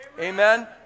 Amen